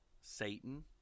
Satan